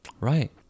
Right